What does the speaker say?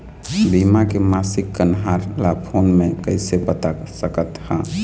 बीमा के मासिक कन्हार ला फ़ोन मे कइसे पता सकत ह?